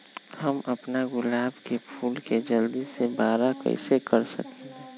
हम अपना गुलाब के फूल के जल्दी से बारा कईसे कर सकिंले?